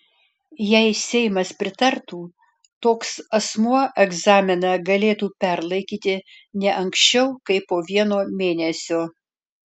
jei seimas pritartų toks asmuo egzaminą galėtų perlaikyti ne anksčiau kaip po vieno mėnesio